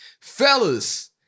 fellas